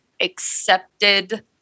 accepted